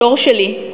הדור שלי,